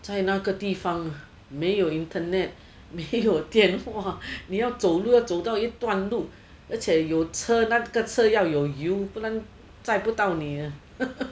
在那个地方没有 internet 没有电话你要走路要走到一段路而且有车那个车要有油不软载不到你